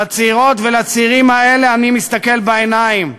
לצעירות ולצעירים האלה אני מסתכל בעיניים,